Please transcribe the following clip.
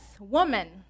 Woman